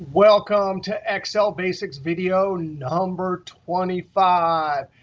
welcome to excel basics video number twenty five.